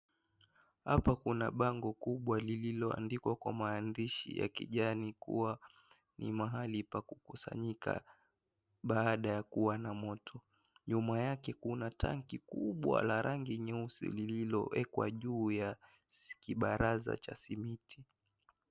Hapa kuna bango kubwa lililoandikwa kwa maandishi ya kijani kuwa ni mahali pa kukusanyika baada ya kuwa na moto nyuma yake kuna tanki kubwa la rangi nyeusi lililowekwa juu ya kibaraza cha simiti.